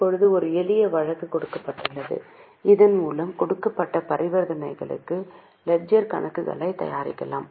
இப்போது ஒரு எளிய வழக்கு கொடுக்கப்பட்டுள்ளது இதன் மூலம் கொடுக்கப்பட்ட பரிவர்த்தனைகளுக்கு லெட்ஜர் கணக்குகளைத் தயாரிக்கலாம்